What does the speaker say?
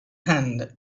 hand